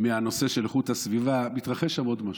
מהנושא של איכות הסביבה, מתרחש שם עוד משהו.